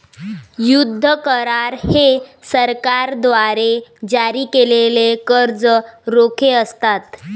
युद्ध करार हे सरकारद्वारे जारी केलेले कर्ज रोखे असतात